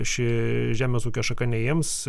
ši žemės ūkio šaka neims